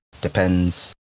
depends